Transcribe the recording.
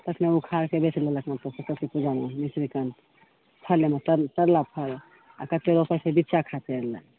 तखनी उखाड़के बेच लेलक सरस्वती पूजामे मिश्री फल ओहिमे तोड़लक फल आ कतेक रोपैत छै बिच्चा खातिर ला